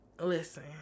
listen